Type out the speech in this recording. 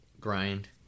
Grind